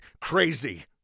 crazy